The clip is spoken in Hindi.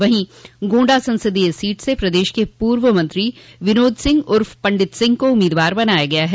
वहीं गोंडा संसदीय सीट से प्रदेश के पूर्व मंत्री विनोद सिंह उर्फ पडित सिंह को उम्मीदवार बनाया गया है